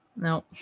No